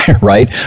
right